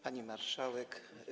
Pani Marszałek!